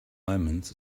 omens